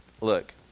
Look